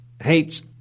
hates